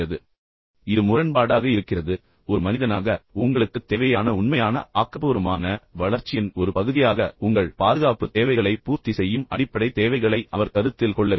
இப்போது மீண்டும் இது முரண்பாடாக இருக்கிறது ஒரு மனிதனாக உங்களுக்குத் தேவையான உண்மையான ஆக்கபூர்வமான வளர்ச்சியின் ஒரு பகுதியாக உங்கள் பாதுகாப்புத் தேவைகளை பூர்த்தி செய்யும் அடிப்படை தேவைகளை அவர் கருத்தில் கொள்ளவில்லை